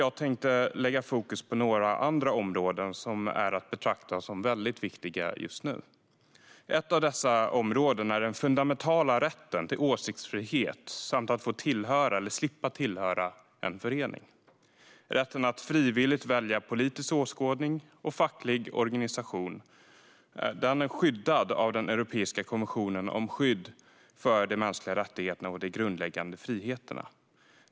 Jag tänkte lägga fokus på några andra områden som är att betrakta som väldigt viktiga just nu. Ett av dessa områden är den fundamentala rätten till åsiktsfrihet samt att få tillhöra eller slippa tillhöra en förening. Rätten att frivilligt välja politisk åskådning och facklig organisation är skyddad av den europeiska konventionen om skydd för de mänskliga rättigheterna och de grundläggande friheterna.